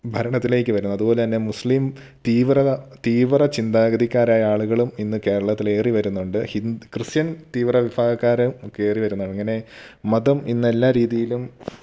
ഭരണത്തിലേക്ക് വരുന്നത് അതുപോലെ മുസ്ലിം തീവ്രവ തീവ്ര ചിന്താഗതിക്കാരായ ആളുകളും ഇന്ന് കേരളത്തിൽ ഏറി വരുന്നുണ്ട് ഹിന്ദു ക്രിസ്ത്യൻ തീവ്ര വിഭാഗകാർ കയറി വരുന്നു അങ്ങനെ മതം ഇന്ന് എല്ലാ രീതിയിലും